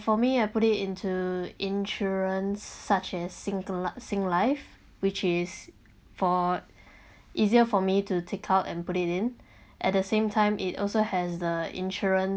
for me I put it into insurance such as single singlife which is for easier for me to take out and put it in at the same time it also has the insurance